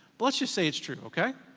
let's just say it's true, okay?